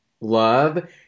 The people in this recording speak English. love